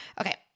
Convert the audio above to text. Okay